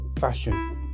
fashion